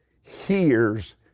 hears